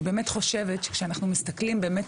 אני באמת חושבת שכשאנחנו מסתכלים באמת